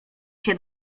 się